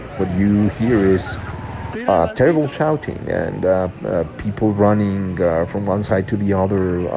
what you hear is terrible shouting and people running from one side to the other,